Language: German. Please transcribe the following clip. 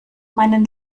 meinen